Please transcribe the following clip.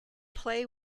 play